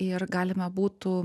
ir galima būtų